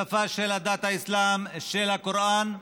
שפה של דת האסלאם, של הקוראן.